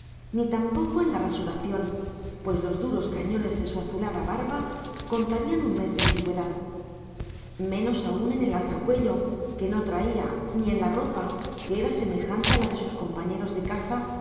ni tampoco en la rasuración pues los duros cañones de su azulada barba contarían un mes de antigüedad menos aún en el alzacuello que no traía ni en la ropa que era semejante a la de sus compañeros de caza